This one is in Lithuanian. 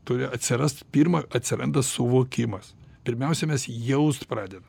turi atsirast pirma atsiranda suvokimas pirmiausia mes jaust pradeda